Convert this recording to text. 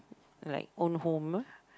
like own home